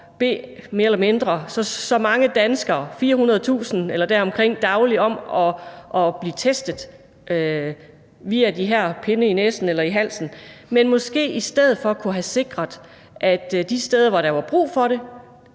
behøvede at bede så mange danskere, 400.000 eller deromkring, dagligt om at blive testet via de her pinde i næsen eller i halsen, men måske i stedet for kunne have sikret, at de steder, hvor der var brug for det,